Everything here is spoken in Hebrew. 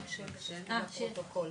רק שם, שיהיה לפרוטוקול.